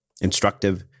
instructive